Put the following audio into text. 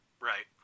Right